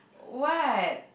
what